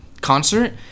concert